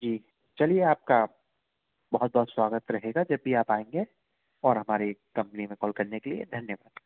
जी चलिए आपका बहुत बहुत स्वागत रहेगा जब भी आप आएंगे और हमारे कंपनी में कॉल करने के लिए धन्यवाद